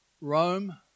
Rome